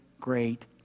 great